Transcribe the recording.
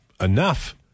enough